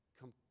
come